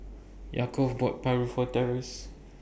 Yaakov bought Paru For Terance